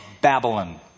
Babylon